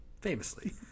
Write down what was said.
famously